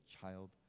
child